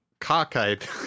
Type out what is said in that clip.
cockeyed